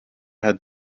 had